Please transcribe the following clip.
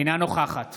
אינה נוכחת